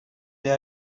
they